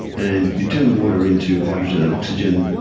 and you turn the water into hydrogen and oxygen,